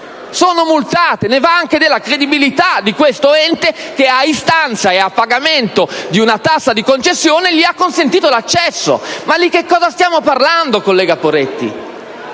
sono multate. Ne va anche della credibilità di questo ente che, a istanza e dietro pagamento di una tassa di concessione, ha consentito loro l'accesso. Ma di che cosa stiamo parlando, collega Poretti?